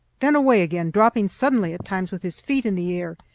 then away again, dropping suddenly at times with his feet in the air,